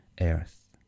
earth